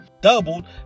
doubled